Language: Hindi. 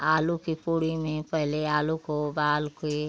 आलू की पूड़ी में पहले आलू को उबाल कर